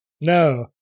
no